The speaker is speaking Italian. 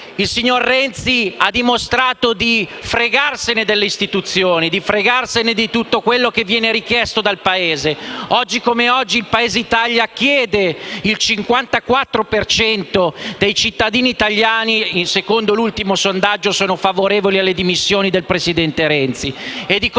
il signor Renzi ha dimostrato di fregarsene delle istituzioni, di fregarsene di tutto quello che viene chiesto dal Paese. Oggi come oggi, il 54 per cento dei cittadini italiani, secondo l'ultimo sondaggio, sono favorevoli alle dimissioni del presidente Renzi.